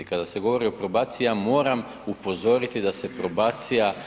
Kada se govori o probaciji, ja moram upozoriti da se probacija